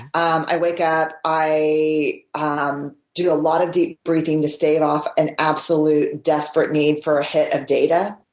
um i wake up. i ah um do a lot of deep breathing to stave off an absolute desperate need for a hit of data